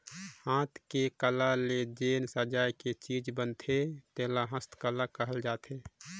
हाथ के कला ले जेन सजाए के चीज बनथे तेला हस्तकला कहल जाथे